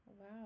wow